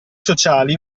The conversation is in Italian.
sociali